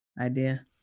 idea